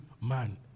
man